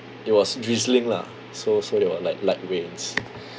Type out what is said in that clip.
it was drizzling lah so so there were like light rains